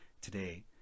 today